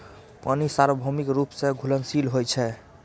पानि सार्वभौमिक रूप सं घुलनशील होइ छै